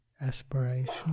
aspiration